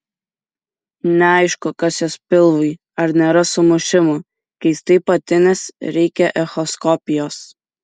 neaišku kas jos pilvui ar nėra sumušimų keistai patinęs reikia echoskopijos